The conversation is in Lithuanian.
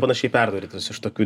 panašiai perdarytos iš tokių